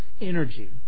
energy